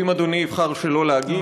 ואם אדוני יבחר שלא להגיב,